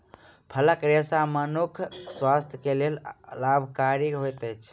फलक रेशा मनुखक स्वास्थ्य के लेल लाभकारी होइत अछि